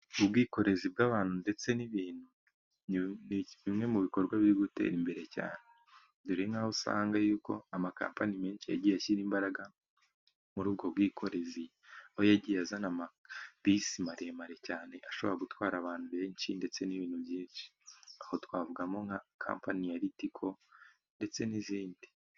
Ubwikorezi bw'abantu ndetse n'ibintu ni bimwe mu bikorwa biri gutera imbere cyane; dore nk'aho usanga yuko amakampani menshi yagiye ashyira imbaraga muri ubwo bwikorezi aho yagiye azana amabisi maremare cyane ashobora gutwara abantu benshi ndetse n'ibintu byinshi, aho twavugamo nka kampani ya Ritiko ndetse n'izindi.